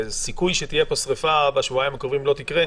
וסיכוי שתהיה פה שריפה בשבועיים הקרובים לא יקרה,